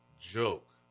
joke